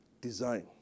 design